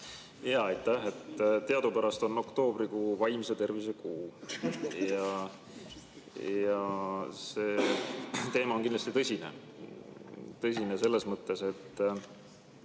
Teadupärast on oktoobrikuu vaimse tervise kuu. See teema on kindlasti tõsine. See on tõsine selles mõttes, et